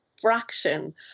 fraction